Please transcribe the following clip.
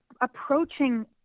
approaching